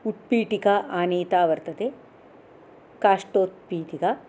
उत्पीठिका आनीता वर्तते काष्ठोत्पीठिका